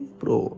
bro